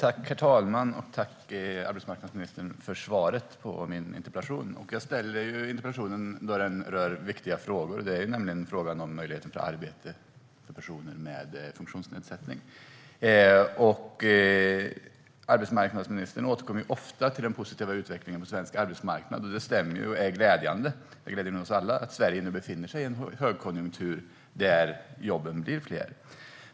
Herr talman! Tack, arbetsmarknadsministern, för svaret på min interpellation! Jag ställde interpellationen för att den rör viktiga frågor. Det är frågan om möjligheten till arbete för personer med funktionsnedsättning. Arbetsmarknadsministern återkommer ofta till den positiva utvecklingen på svensk arbetsmarknad. Det stämmer och är glädjande. Det gläder nog oss alla att Sverige nu befinner sig i en högkonjunktur där jobben blir fler.